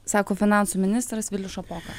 sako finansų ministras vilius šapoka